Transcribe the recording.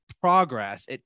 progress